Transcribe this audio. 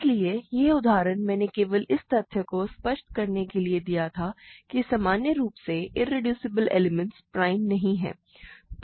इसलिए यह उदाहरण मैंने केवल इस तथ्य को स्पष्ट करने के लिए दिया था कि सामान्य रूप से इरेड्यूसिबल एलिमेंट्स प्राइम नहीं हैं